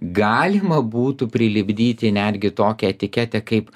galima būtų prilipdyti netgi tokią etiketę kaip